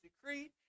decreed